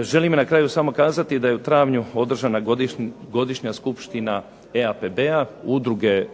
Želim na kraju samo kazati da je u travnju održana godišnja Skupština EAPB-a, udruge